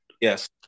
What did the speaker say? Yes